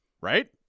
right